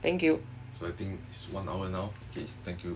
thank you